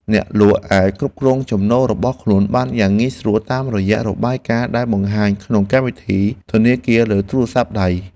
អ្នកលក់អាចគ្រប់គ្រងចំណូលរបស់ខ្លួនបានយ៉ាងងាយស្រួលតាមរយៈរបាយការណ៍ដែលបង្ហាញក្នុងកម្មវិធីធនាគារលើទូរស័ព្ទដៃ។